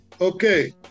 Okay